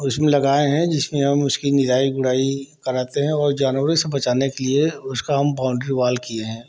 और इसमें लगाए हैं जिसमें हम उसकी निराई गुड़ाई कराते हैं और जानवरों से बचाने के लिए उसका हम बाउंड्री वाल किए हैं